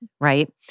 right